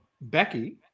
Becky